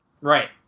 right